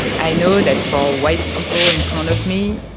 i know that for white people in front of me,